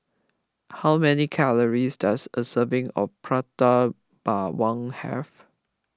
how many calories does a serving of Prata Bawang have